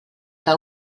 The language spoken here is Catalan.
que